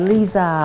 Lisa